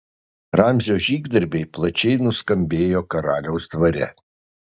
ramzio žygdarbiai plačiai nuskambėjo karaliaus dvare